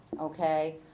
okay